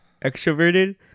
extroverted